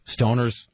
Stoners